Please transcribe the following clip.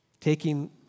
taking